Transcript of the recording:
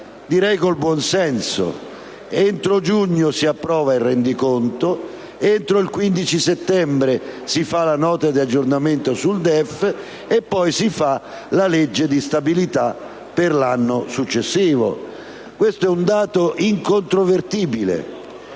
secondo buon senso: entro giugno si approva il rendiconto, entro il 15 settembre si fa la Nota di aggiornamento del DEF e poi si approva la legge di stabilità per l'anno successivo. Si tratta di un dato incontrovertibile.